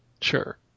Sure